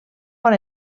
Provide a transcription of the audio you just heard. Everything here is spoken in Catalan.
bon